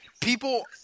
people